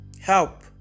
Help